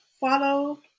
follow